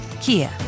Kia